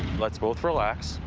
let's both relax,